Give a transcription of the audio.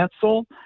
cancel